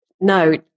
No